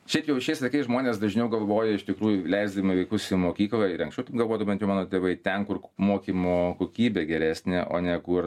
šiaip jau šiais laikais žmonės dažniau galvoja iš tikrųjų leisdami vaikus į mokyklą ir anksčiau taip galvodavo bent jau mano tėvai ten kur mokymo kokybė geresnė o ne kur